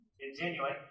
Continuing